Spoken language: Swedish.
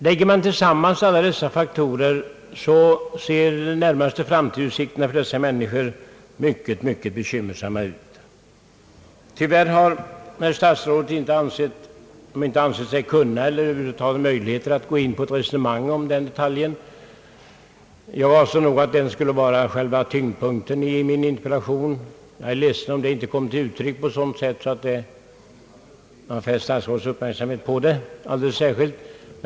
Lägger man samman alla dessa faktorer, ser de närmaste framtidsutsikterna för dzssa människor mycket bekymmersamma ut. Tyvärr har herr statsrådet inte ansett sig ha möjlighet att gå in på ett resonemang om detta problem. Jag avsåg nog att den frågan skulle utgöra själva tyngdpunkten i min interpellation. Jag är ledsen om detta inte kom till uttryck på ett sådant sätt att statsrådets uppmärksamhet fästes därpå.